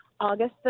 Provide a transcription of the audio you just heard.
August